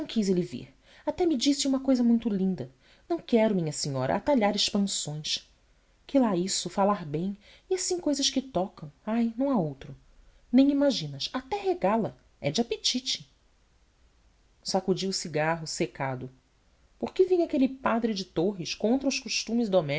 ele vir até me disse uma cousa muito linda não quero minha senhora atalhar expansões que lá isso falar bem e assim cousas que tocam ai não há outro nem imaginas até regala e de apetite sacudi o cigarro secado por que vinha aquele padre de torres contra os costumes